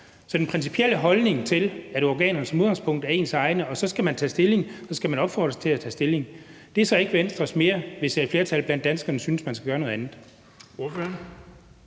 Så den principielle holdning om, at ens organer som udgangspunkt er ens egne, og at man så skal opfordres til at tage stilling, er altså ikke Venstres holdning længere, hvis et flertal blandt danskerne synes, man skal gøre noget andet.